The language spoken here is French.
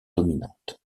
dominantes